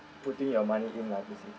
putting your money in lah obviously